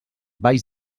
valls